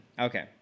Okay